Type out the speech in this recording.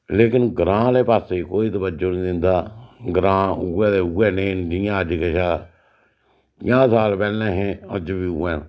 लेकिन ग्रांऽ आह्ले पास्सै गी कोई तबज्जो नी दिंदा ग्रांऽ उ'यै दे उ'यै नेह् न जियां अज्ज कशा पंजाह् साल पैह्लें हे अज्ज बी उ'यै न